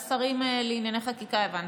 הם דחו בוועדת השרים לענייני חקיקה, הבנתי.